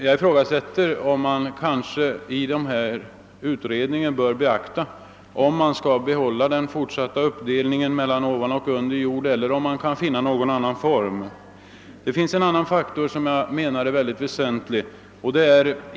Jag ifrågasätter också, om man vid utredningens behandling av detta ärende bör behålla den uppdelning mellan arbete ovan och under jord som nu finns eller om man skall försöka finna någon annan form. Det finns också en annan faktor som jag anser vara mycket väsentlig.